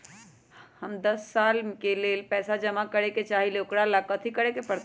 हम दस साल के लेल पैसा जमा करे के चाहईले, ओकरा ला कथि करे के परत?